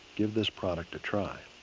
give this product a try.